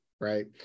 Right